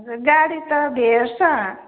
हजुर गाडी त भेट्छ